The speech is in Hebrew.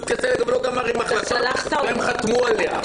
יודקה שגב לא גמר עם החלטות שהם חתמו עליהן.